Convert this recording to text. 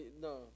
No